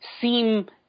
Seem